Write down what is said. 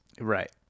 Right